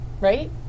Right